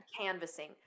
canvassing